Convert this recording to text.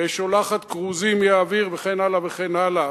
ושולחת כרוזים מהאוויר וכן הלאה וכן הלאה,